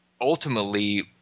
ultimately